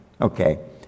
okay